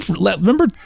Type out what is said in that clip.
Remember